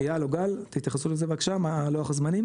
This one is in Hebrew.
אייל, או גל, תתייחסו לזה בבקשה, מה לוח הזמנים?